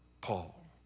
Paul